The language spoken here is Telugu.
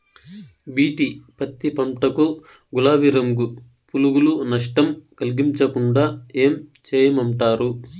బి.టి పత్తి పంట కు, గులాబీ రంగు పులుగులు నష్టం కలిగించకుండా ఏం చేయమంటారు?